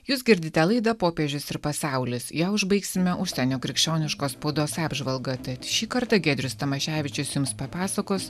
jūs girdite laida popiežius ir pasaulis ją užbaigsime užsienio krikščioniškos spaudos apžvalga tad šį kartą giedrius tamaševičius jums papasakos